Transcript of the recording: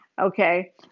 Okay